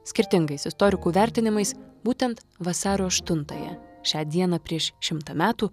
skirtingais istorikų vertinimais būtent vasario aštuntąją šią dieną prieš šimtą metų